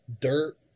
dirt